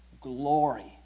glory